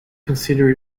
consider